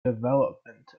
development